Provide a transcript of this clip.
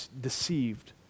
deceived